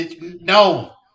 No